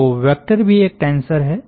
तो वेक्टर भी एक टेंसर है